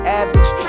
average